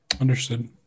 Understood